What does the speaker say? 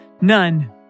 None